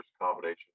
combination